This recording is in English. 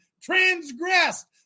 Transgressed